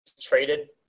traded